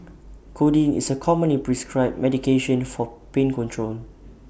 codeine is A commonly prescribed medication for pain control